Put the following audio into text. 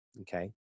Okay